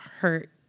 hurt